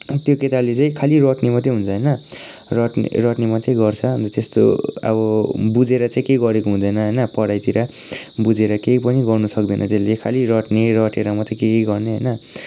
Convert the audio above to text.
त्यो केटाले चाहिँ खालि रट्ने मात्रै हुन्छ होइन रट्ने रट्ने मात्रै गर्छ अन्त त्यस्तो अब बुझेर चाहिँ केही गरेको हुँदैन होइन पढाईतिर बुझेर केही पनि गर्नु सक्दैन त्यसले खालि रट्ने रटेर मात्रै केही गर्ने होइन